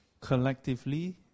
collectively